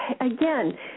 again